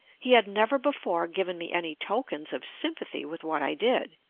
he had never before given me any tokens of sympathy with what i did.